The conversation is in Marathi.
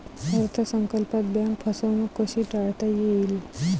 अर्थ संकल्पात बँक फसवणूक कशी टाळता येईल?